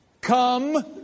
Come